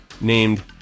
named